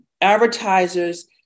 advertisers